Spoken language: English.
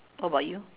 what about you